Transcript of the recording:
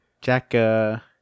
Jack